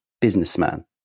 businessman